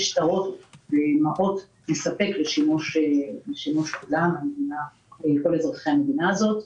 שטרות מספק לשימוש כל אזרחי המדינה הזאת.